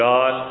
God